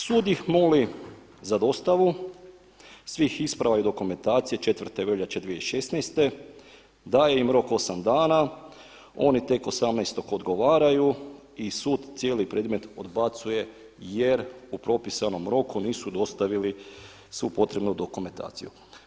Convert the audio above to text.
Sud ih moli za dostavu svih isprava i dokumentacije 4. veljače 2016. daje im rok 8 dana oni tek 18. odgovaraju i sud cijeli predmet odbacuje jer u propisanom roku nisu dostavili svu potrebnu dokumentaciju.